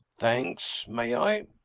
thanks may i?